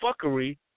fuckery